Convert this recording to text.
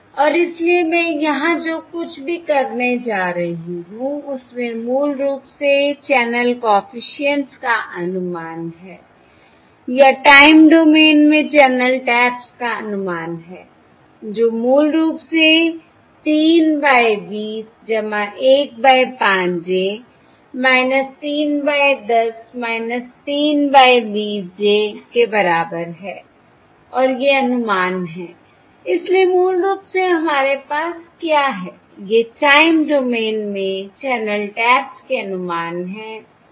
और इसलिए मैं यहाँ जो कुछ भी करने जा रही हूँ उसमें मूल रूप से चैनल कॉफिशिएंट्स का अनुमान है या टाइम डोमेन में चैनल टैप्स का अनुमान है जो मूल रूप से 3 by 20 1 by 5 j 3 by 10 3 by 20 j के बराबर है और ये अनुमान हैं इसलिए मूल रूप से हमारे पास क्या है ये टाइम डोमेन में चैनल टैप्स के अनुमान हैं